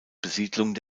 besiedlung